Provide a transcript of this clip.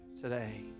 today